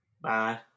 Bye